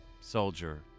soldier